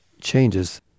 changes